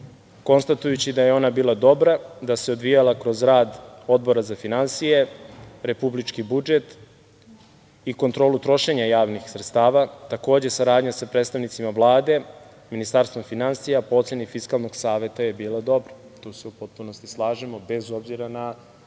konstatujući da je ona bila dobra, da se odvijala kroz rad Odbora za finansije, republički budžet i kontrolu trošenja javnih sredstava. Takođe saradnja sa predstavnicima Vlade, Ministarstvom finansija, po oceni Fiskalnog saveta je bila dobra.